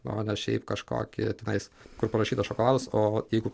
o ne šiaip kažkokį tenais kur parašyta šokoladas o jeigu